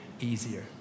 easier